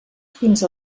fins